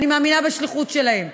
ואני מאמינה בשליחות שלהם,